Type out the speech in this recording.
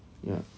ya